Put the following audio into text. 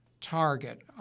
target